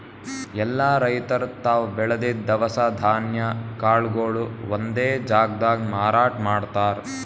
ಎಲ್ಲಾ ರೈತರ್ ತಾವ್ ಬೆಳದಿದ್ದ್ ದವಸ ಧಾನ್ಯ ಕಾಳ್ಗೊಳು ಒಂದೇ ಜಾಗ್ದಾಗ್ ಮಾರಾಟ್ ಮಾಡ್ತಾರ್